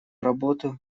работу